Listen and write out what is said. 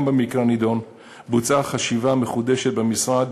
גם במקרה הנדון בוצעה חשיבה מחודשת במשרד,